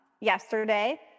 yesterday